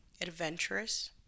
adventurous